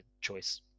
choice